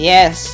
Yes